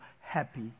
happy